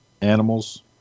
animals